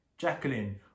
Jacqueline